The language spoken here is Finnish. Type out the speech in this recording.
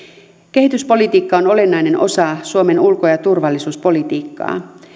kehityspolitiikka on olennainen osa suomen ulko ja turvallisuuspolitiikkaa